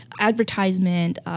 advertisement